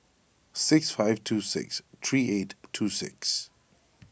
six five two six three eight two six